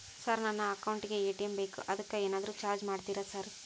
Sir ನನ್ನ account ಗೇ ATM ಬೇಕು ಅದಕ್ಕ ಏನಾದ್ರು ಚಾರ್ಜ್ ಮಾಡ್ತೇರಾ ಸರ್?